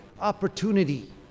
opportunity